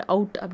Out